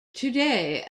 today